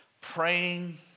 praying